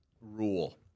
rule